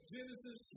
Genesis